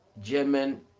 german